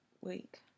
week